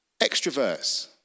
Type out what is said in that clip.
extroverts